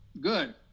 good